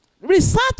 Research